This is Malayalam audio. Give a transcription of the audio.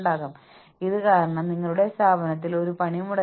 ടീമുകൾ തമ്മിൽ മത്സരമുണ്ട്